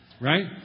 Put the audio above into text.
right